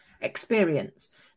experience